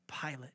Pilate